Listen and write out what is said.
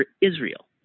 Israel